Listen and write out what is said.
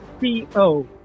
C-O